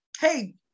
hey